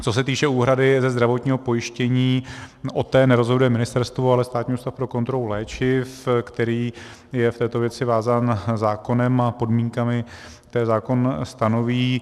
Co se týče úhrady ze zdravotního pojištění, o té nerozhoduje ministerstvo, ale Státní ústav pro kontrolu léčiv, který je v této věci vázán zákonem a podmínkami, které zákon stanoví.